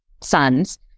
sons